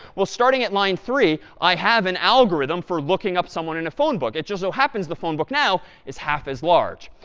well, starting at line three, i have an algorithm for looking up someone in a phone book. it just so happens the phone book now is half as large.